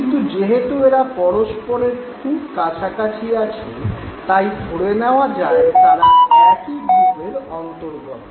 কিন্তু যেহেতু এরা পরস্পরের খুব কাছাকাছি আছে তাই ধরে নেওয়া যায় তারা একই গ্রুপের অন্তর্গত